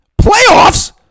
Playoffs